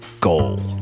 goal